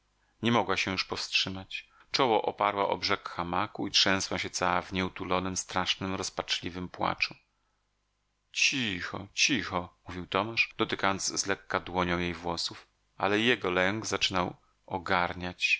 nie mogła się już powstrzymać czoło oparła o brzeg hamaku i trzęsła się cała w nieutulonym strasznym rozpaczliwym płaczu cicho cicho mówił tomasz dotykając zlekka dłonią jej włosów ale i jego lęk zaczynał ogarniać